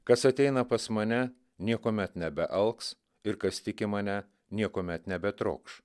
kas ateina pas mane niekuomet nebealks ir kas tiki mane niekuomet nebetrokš